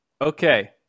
Okay